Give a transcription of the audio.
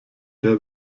herr